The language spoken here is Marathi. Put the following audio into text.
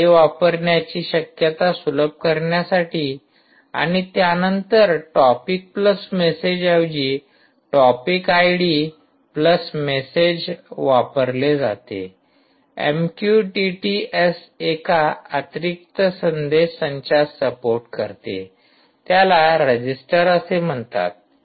आयडी वापरण्याची शक्यता सुलभ करण्यासाठी आणि त्यानंतर टॉपिक प्लस मेसेज ऐवजी टॉपिक आयडी प्लस मेसेजवापरले जाते एमक्यूटीटी एस एका अतिरिक्त संदेश संचास सपोर्ट करते त्याला रजिस्टर असे म्हणतात